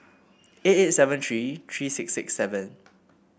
eight eight seven three three six six seven